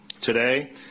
today